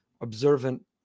observant